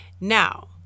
Now